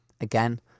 again